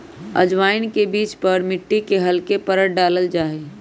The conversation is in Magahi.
अजवाइन के बीज पर मिट्टी के हल्के परत डाल्ल जाहई